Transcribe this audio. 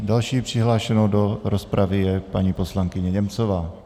Další přihlášenou do rozpravy je paní poslankyně Němcová.